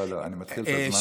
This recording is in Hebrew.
לא, לא, אני מתחיל בזמן.